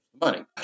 money